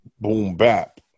boom-bap